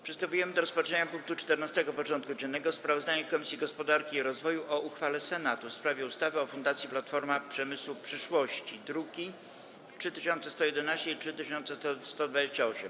Przystępujemy do rozpatrzenia punktu 14. porządku dziennego: Sprawozdanie Komisji Gospodarki i Rozwoju o uchwale Senatu w sprawie ustawy o Fundacji Platforma Przemysłu Przyszłości (druki nr 3111 i 3128)